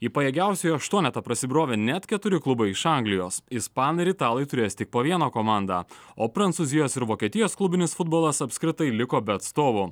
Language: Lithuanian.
į pajėgiausiųjų aštuonetą prasibrovė net keturi klubai iš anglijos ispanai ir italai turės tik po vieną komandą o prancūzijos ir vokietijos klubinis futbolas apskritai liko be atstovų